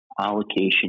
allocation